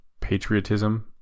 patriotism